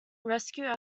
rescue